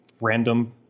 random